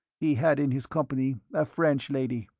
he had in his company a french lady.